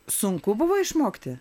sunku buvo išmokti